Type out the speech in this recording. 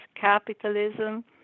capitalism